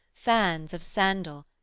fans of sandal,